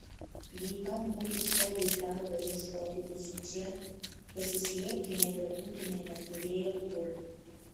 jei kam būtų šovę į galvą ieškoti mūsų čia pasislėpti nebebūtumėme turėję kur